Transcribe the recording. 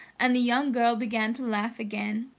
and the young girl began to laugh again.